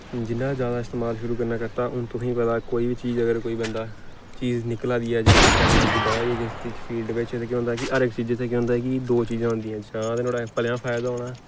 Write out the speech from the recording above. जियां ज्यादा इस्तमाल करना शुरू कीता हून तुसेंगी पता कोई बी चीज अगर कोई बंदा चीज निकला दी ऐ जां कोई टैकॅनालजी बधा दी ऐ किसे फील्ड बिच्च ते केह् होंदा कि हर इक चीजा ताईं केह् होंदा कि दो चीजां होदियां जां ते नुहाड़े कन्नै भलेआं फायदा होना ऐ